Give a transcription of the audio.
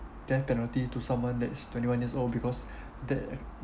death penalty to someone that's twenty one years old because that